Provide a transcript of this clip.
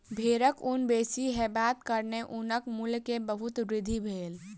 भेड़क ऊन बेसी हेबाक कारणेँ ऊनक मूल्य में बहुत वृद्धि भेल